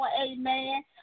Amen